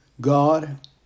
God